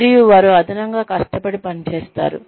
మరియు వారు అదనంగా కష్టపడి పనిచేస్తారు